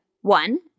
One